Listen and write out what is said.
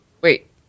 wait